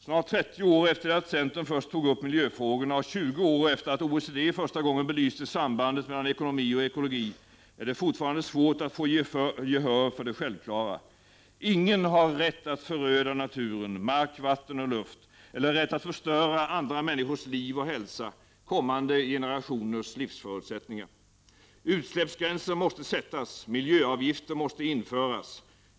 Snart trettio år efter det att centern först tog upp miljöfrågorna och tjugo år efter det att OECD första gången belyste sambandet mellan ekonomi och ekologi är det fortfarande svårt att få gehör för det självklara. Ingen har rätt att föröda naturen — mark, vatten och luft — eller rätt att förstöra andra människors liv och hälsa, kommande generationers livsförutsättningar. Utsläppsgränser måste sättas, miljöavgifter måste införas.